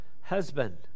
husband